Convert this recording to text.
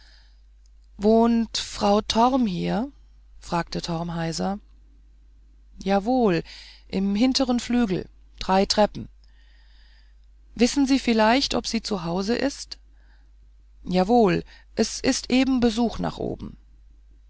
wohnt frau torm hier fragte torm heiser jawohl im hinteren flügel drei treppen wissen sie vielleicht ob sie zu hause ist jawohl es ist eben besuch nach oben